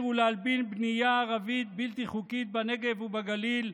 ולהלבין בנייה ערבית בלתי חוקית בנגב ובגליל.